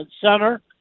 center